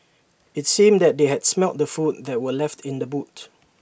IT seemed that they had smelt the food that were left in the boot